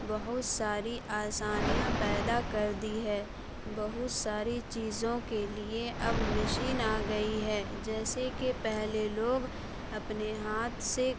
بہت ساری آسانیاں پیدا کر دی ہے بہت ساری چیزوں کے لیے اب مشین آ گئی ہے جیسے کہ پہلے لوگ اپنے ہاتھ سے